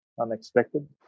unexpected